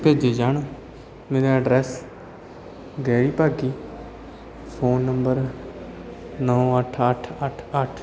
ਭੇਜੇ ਜਾਣ ਮੇਰਾ ਅਡਰੈਸ ਗਹਿਰੀ ਭਾਗੀ ਫੋਨ ਨੰਬਰ ਨੌਂ ਅੱਠ ਅੱਠ ਅੱਠ ਅੱਠ